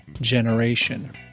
generation